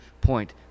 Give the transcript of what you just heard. point